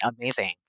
amazing